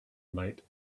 night